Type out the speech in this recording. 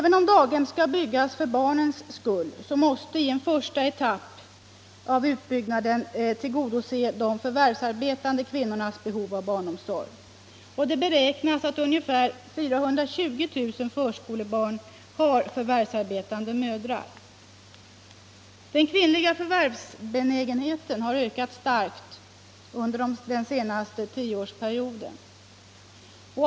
Även om daghem skall byggas för barnens skull, måste i en första etapp av utbyggnaden de förvärvsarbetande kvinnornas behov av tillgång till barnomsorg tillgodoses. Det beräknas att ungefär 420 000 förskolebarn har förvärvsarbetande mödrar. Förvärvsbenägenheten hos kvinnor har ökat starkt under den senaste tioårsperioden.